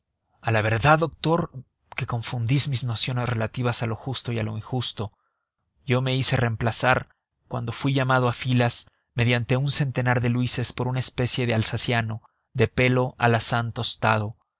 a la verdad doctor que confundís mis nociones relativas a lo justo y a lo injusto yo me hice reemplazar cuando fui llamado a filas mediante un centenar de luises por una especie de alsaciano de pelo alazán tostado